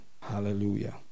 hallelujah